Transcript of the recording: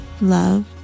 Love